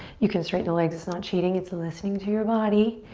you can straighten the legs. it's not cheating. it's listening to your body.